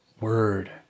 word